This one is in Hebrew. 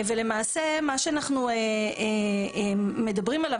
למעשה מה שאנחנו מדברים עליו,